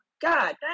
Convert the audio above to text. God